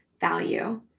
value